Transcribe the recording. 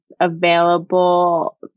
available